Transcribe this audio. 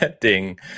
Ding